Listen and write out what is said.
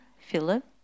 Philip